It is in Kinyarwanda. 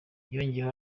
yongeyeho